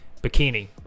bikini